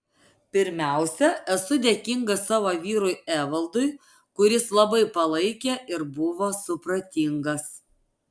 pirmiausia esu dėkinga savo vyrui evaldui kuris labai palaikė ir buvo supratingas